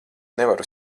nevaru